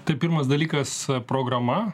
tai pirmas dalykas programa